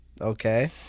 Okay